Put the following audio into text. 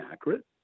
accurate